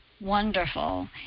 Wonderful